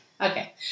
Okay